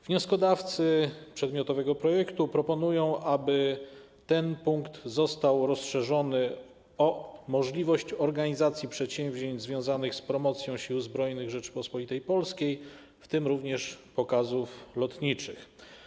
Wnioskodawcy przedmiotowego projektu proponują, aby ten punkt został rozszerzony o możliwość organizacji przedsięwzięć związanych z promocją Sił Zbrojnych Rzeczypospolitej Polskiej, w tym również pokazów lotniczych.